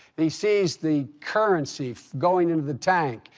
he sees the currency going into the tank.